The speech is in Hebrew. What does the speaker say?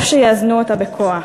או שיאזנו אותה בכוח.